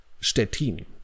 Stettin